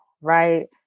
right